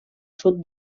sud